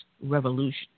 revolution